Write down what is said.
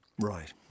Right